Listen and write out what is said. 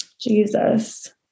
Jesus